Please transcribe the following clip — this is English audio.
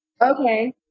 Okay